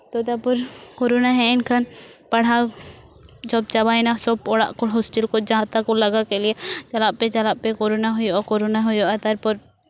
ᱛᱚ ᱛᱟᱨᱯᱚᱨ ᱠᱳᱨᱳᱱᱟ ᱦᱮᱡ ᱮᱱ ᱠᱷᱟᱱ ᱯᱟᱲᱦᱟᱣ ᱥᱚᱵᱽ ᱪᱟᱵᱟᱭᱮᱱᱟ ᱥᱚᱵᱽ ᱚᱲᱟᱜ ᱠᱚ ᱦᱳᱥᱴᱮᱞ ᱠᱚ ᱠᱷᱚᱱ ᱡᱟᱦᱟᱸ ᱢᱟᱱᱛᱟᱦᱟ ᱠᱚ ᱞᱟᱜᱟ ᱠᱮᱫ ᱞᱮᱭᱟ ᱪᱟᱞᱟᱜ ᱯᱮ ᱪᱟᱞᱟᱜ ᱯᱮ ᱠᱳᱨᱳᱱᱟ ᱦᱩᱭᱩᱜᱼᱟ ᱠᱳᱨᱳᱱᱟ ᱦᱩᱭᱩᱜᱼᱟ ᱛᱟᱨᱯᱚᱨ